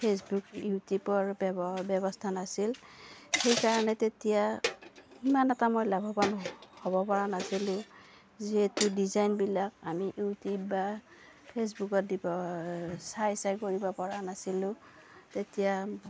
Facebook ইউটিউবৰ ব্যৱ ব্যৱস্থা নাছিল সেইকাৰণে তেতিয়া ইমান এটা মই লাভৱান হ'ব পৰা নাছিলোঁ যিহেতু ডিজাইনবিলাক আমি ইউটিউব বা ফেচবুকত দিব চাই চাই কৰিব পৰা নাছিলোঁ তেতিয়া